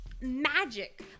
magic